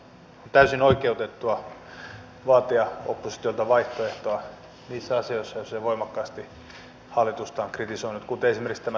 on täysin oikeutettua vaatia oppositiolta vaihtoehtoa niissä asioissa joissa se voimakkaasti hallitusta on kritisoinut kuten esimerkiksi tässä talouslinjassa